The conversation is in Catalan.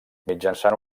mitjançant